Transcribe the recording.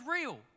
real